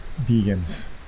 Vegans